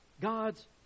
God's